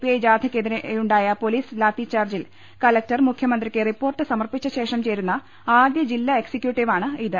I ജാഥ യ്ക്കെതിരെയുണ്ടായ police ലാത്തിച്ചാർജ്ജിൽ കലക്ടർ മുഖ്യമന്ത്രിക്ക് റിപ്പോർട്ട് സമർപ്പിച്ചശേഷം ചേരുന്ന ആദ്യ ജില്ലാ എക്സിക്യൂട്ടീവാണിത്